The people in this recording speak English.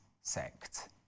sect